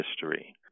history